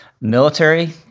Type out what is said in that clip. military